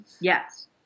Yes